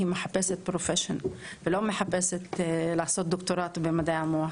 מחפשת profession ולא מחפשת לעשות דוקטורט במדעי המוח.